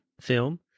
film